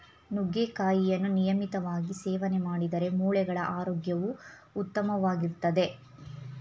ನುಗ್ಗೆಕಾಯಿಯನ್ನು ನಿಯಮಿತವಾಗಿ ಸೇವನೆ ಮಾಡಿದ್ರೆ ಮೂಳೆಗಳ ಆರೋಗ್ಯವು ಉತ್ತಮವಾಗಿರ್ತದೆ